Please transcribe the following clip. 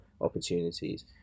opportunities